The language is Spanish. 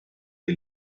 que